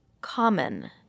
common